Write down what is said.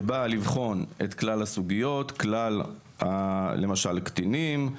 שבאה לבחון את כלל הסוגיות, למשל לקטינים.